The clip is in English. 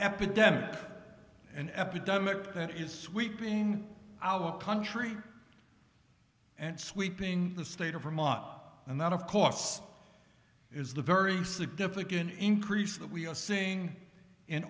epidemic an epidemic that is sweeping our country and sweeping the state of vermont and that of course is the very significant increase that we are seeing in